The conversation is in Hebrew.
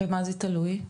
ובמה זה תלוי?